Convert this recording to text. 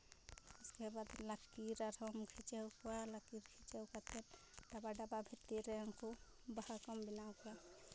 ᱤᱥᱠᱮᱵᱟᱫ ᱞᱟᱹᱠᱤᱨ ᱟᱨᱦᱚᱸᱢ ᱠᱷᱤᱪᱟᱹᱣ ᱠᱚᱣᱟ ᱞᱟᱹᱠᱤᱨ ᱠᱷᱤᱪᱟᱹᱣ ᱠᱟᱛᱮᱫ ᱰᱟᱵᱟ ᱰᱟᱵᱟ ᱵᱷᱤᱛᱤᱨ ᱨᱮ ᱩᱱᱠᱩ ᱵᱟᱦᱟ ᱠᱚᱢ ᱵᱮᱱᱟᱣ ᱠᱚᱣᱟ